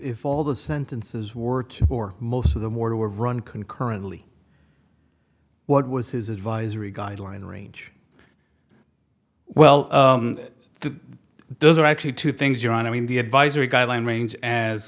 all the sentences were or most of them or were run concurrently what was his advisory guideline range well those are actually two things you're on i mean the advisory guideline range as